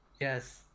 Yes